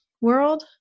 world